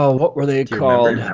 ah what were they called?